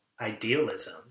idealism